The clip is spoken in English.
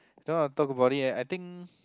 don't want to talk about it eh I think